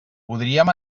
podríem